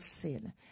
sin